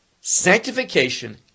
Sanctification